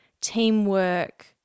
teamwork